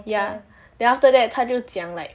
ya then after that 他就讲 like